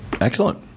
Excellent